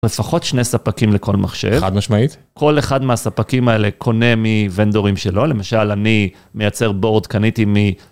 לפחות שני ספקים לכל מחשב. חד משמעית. כל אחד מהספקים האלה קונה מוונדורים שלו, למשל, אני מייצר בורד, קניתי מ...